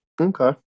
Okay